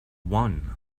one